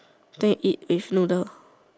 then you eat with noodle